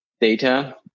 data